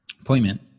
appointment